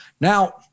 Now